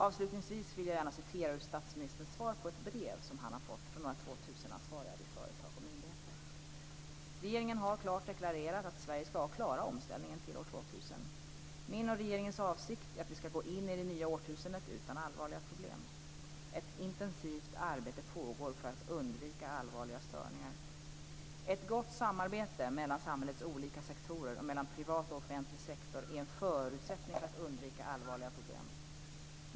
Avslutningsvis vill jag citera ur statsministerns svar på ett brev han fått från några 2000-ansvariga vid företag och myndigheter: "Regeringen har klart deklarerat att Sverige skall klara omställningen till år 2000. Min och regeringens avsikt är att vi skall gå in i det nya årtusendet utan allvarliga problem. Ett intensivt arbete pågår för att undvika allvarliga störningar. Ett gott samarbete mellan samhällets olika sektorer och mellan privat och offentlig sektor är en förutsättning för att undvika allvarliga problem.